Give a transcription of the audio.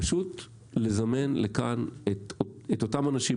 פשוט לזמן לכאן את אותם אנשים,